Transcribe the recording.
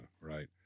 right